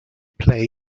play